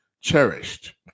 cherished